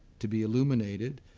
to be illuminated,